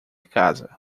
casa